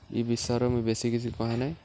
ଇ ବିଷୟରେ ମୁଇଁ ବେଶି କିଛି କହେ ନାଇଁ